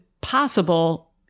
possible